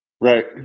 right